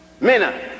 Mena